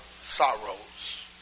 sorrows